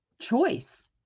Choice